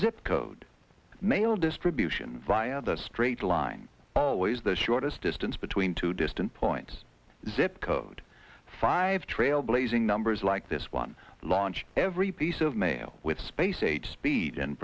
zip code mail distribution via the straight line always the shortest distance between two distant points zip code five trailblazing numbers like this one launch every piece of mail with space age speed and